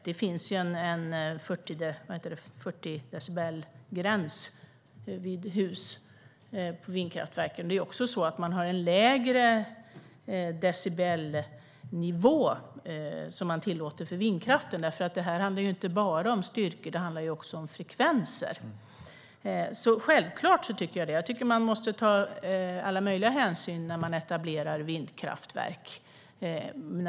Det finns en 40-decibelgräns vid hus när det gäller vindkraftverken. Det är också så att man tillåter en lägre decibelnivå för vindkraften, för det handlar inte bara om styrkor utan också om frekvenser. Självklart tycker jag detta. Jag tycker att man måste ta alla möjliga hänsyn när man etablerar vindkraftverk.